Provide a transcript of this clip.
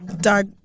Dark